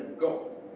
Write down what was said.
go.